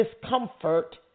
discomfort